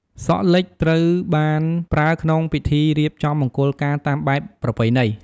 សក់លិចត្រូវបានប្រើក្នុងពិធីរៀបចំមង្គលការតាមបែបប្រពៃណី។